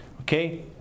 Okay